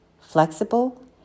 flexible